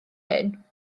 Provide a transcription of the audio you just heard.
hyn